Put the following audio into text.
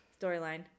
storyline